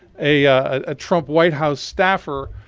a ah trump white house staffer,